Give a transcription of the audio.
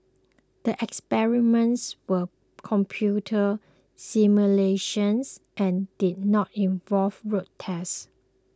the experiments were computer simulations and did not involve road tests